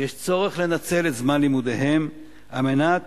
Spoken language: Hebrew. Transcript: ויש צורך לנצל את זמן לימודיהם על מנת